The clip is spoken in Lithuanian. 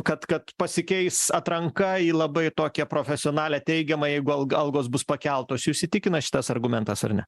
kad kad pasikeis atranka į labai tokią profesionalią teigiamą jeigu al algos bus pakeltos jūs įtikina šitas argumentas ar ne